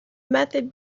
method